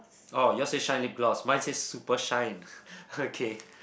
orh yours say shine lip gloss mine says super shine okay